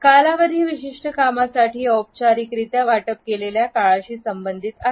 कालावधी विशिष्ट कामासाठी औपचारिकरित्या वाटप केलेल्या काळाशी संबंधित आहे